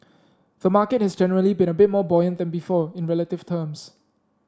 the market has generally been a bit more buoyant than before in relative terms